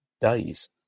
days